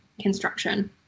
construction